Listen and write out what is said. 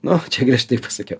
nu čia griežtai pasakiau